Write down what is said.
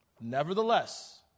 Nevertheless